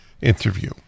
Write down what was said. interview